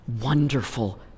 wonderful